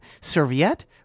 Serviette